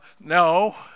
No